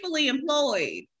employed